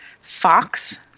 Fox